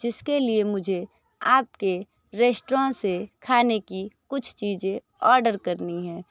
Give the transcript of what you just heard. जिसके लिए मुझे आपके रेस्टरों से खाने की कुछ चीज़ें ऑर्डर करनी है